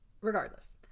Regardless